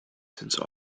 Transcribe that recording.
since